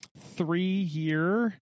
three-year